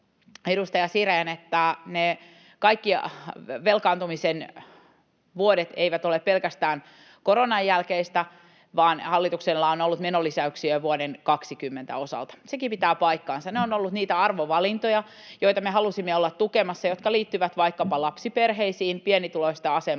edustaja Sirén, että ne kaikki velkaantumisen vuodet eivät ole pelkästään koronan jälkeistä vaan hallituksella on ollut menolisäyksiä jo vuoden 20 osalta. Sekin pitää paikkansa. Ne ovat olleet niitä arvovalintoja, joita me halusimme olla tukemassa, jotka liittyvät vaikkapa lapsiperheisiin, pienituloisten asemaan